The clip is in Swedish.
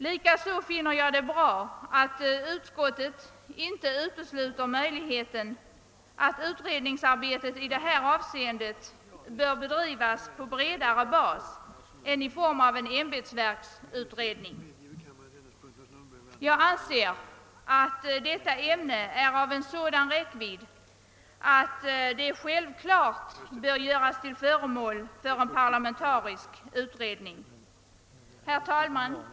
Vidare finner jag det vara bra att utskottet inte utesluter möjligheten att utredningsarbetet i detta avseende bedrivs på en bredare bas än i form av en ämbetsverksutredning. Jag anser att detta ämne är av en sådan räckvidd att det självklart bör göras till föremål för en parlamentarisk utredning. Herr talman!